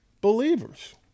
believers